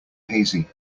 hazy